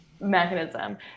Mechanism